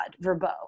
Verbo